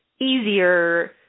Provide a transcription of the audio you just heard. easier